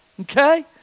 Okay